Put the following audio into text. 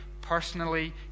personally